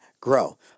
grow